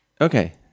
Okay